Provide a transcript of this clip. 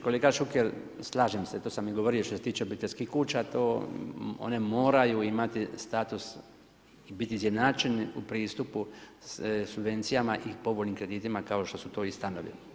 Kolega Šuker, slažem se, to sam i govorio što se tiče obiteljskih kuća, to, one moraju imati status i biti izjednačenje u pristupu subvencijama i povoljnim kreditima kao što su to i stanovi.